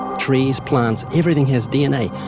trees, plants. everything has dna,